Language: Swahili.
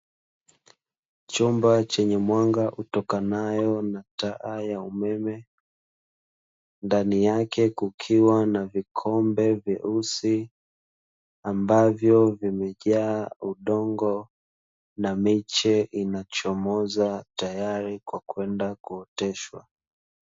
Chumba chenye mwanga utokanao na taa ya umeme, ndani yake kukiwa na vikombe vyeusi, ambavyo vimejaa udongo na miche inachomoza, tayari kwa kwenda kuotesha.